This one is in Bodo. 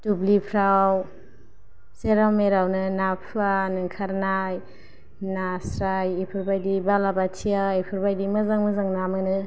दुब्लिफ्राव जेराव मेरावनो ना फुवान ओंखारनाय नास्राइ इफोरबायदि बालाबोथिया इफोरबायदि मोजां मोजां ना मोनो